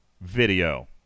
video